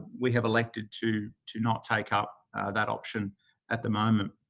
we have elected to to not take up that option at the moment.